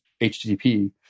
HTTP